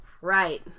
Right